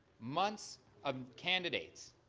months of candidates,